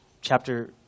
chapter